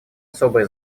особое